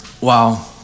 Wow